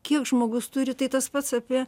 kiek žmogus turi tai tas pats apie